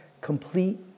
complete